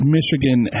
Michigan